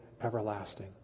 everlasting